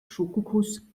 schokokuss